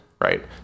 Right